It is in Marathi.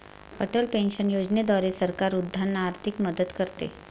अटल पेन्शन योजनेद्वारे सरकार वृद्धांना आर्थिक मदत करते